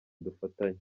dufatanya